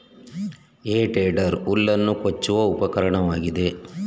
ಹೇ tedder ಹುಲ್ಲನ್ನು ಕೊಚ್ಚುವ ಉಪಕರಣವಾಗಿದೆ